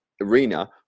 arena